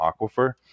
aquifer